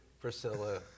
Priscilla